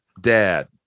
dad